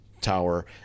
tower